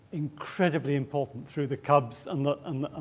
incredibly important through the cubs and the